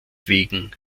wegen